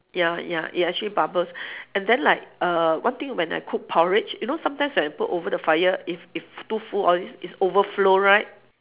ya ya it actually bubbles and then like err one thing when I cook porridge you know sometimes when I put over the fire if if too full all this it's overflow right